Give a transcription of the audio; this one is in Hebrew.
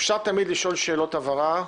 אפשר תמיד לשאול שאלות הבהרה,